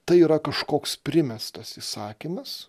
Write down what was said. tai yra kažkoks primestas įsakymas